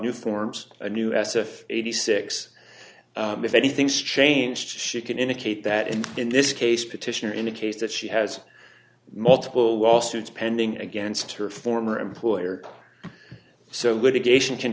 new forms a new s if eighty six if anything's changed she can indicate that and in this case petitioner in the case that she has multiple lawsuits pending against her former employer so litigation can